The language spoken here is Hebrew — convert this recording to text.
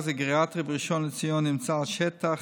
חבר הכנסת איציק שמולי,